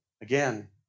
Again